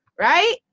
right